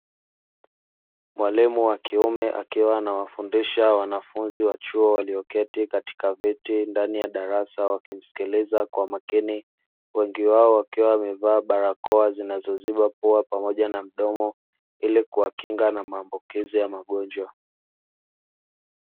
Mwalimu wa kiume akiwa anawafundisha wanafunzi wa chuo walioketi katika viti ndani ya darasa wakimsikiliza kwa makini, wengi wao wakiwa wamevaa barakoa zinazoziba pua pamoja na mdomo ili kuwakinga na maambukizi ya magonjwa.